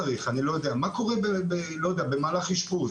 להתייחס אליו דווקא בתקנות: מה קורה במהלך אשפוז?